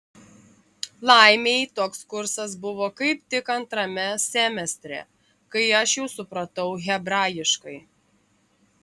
laimei toks kursas buvo kaip tik antrame semestre kai aš jau supratau hebrajiškai